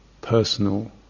personal